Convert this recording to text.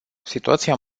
situația